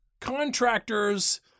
Contractors